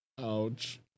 Ouch